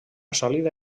sòlida